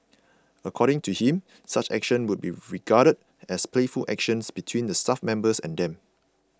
according to him such actions would be regarded as playful actions between the staff members and them